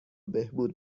بهبود